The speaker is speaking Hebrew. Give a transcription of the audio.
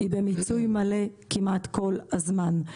היא במיצוי מלא כמעט כל הזמן,